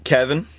Kevin